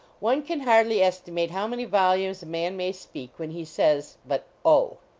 one can hardly estimate how many volumes a man may speak when he says but oh.